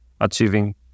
achieving